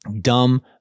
dumb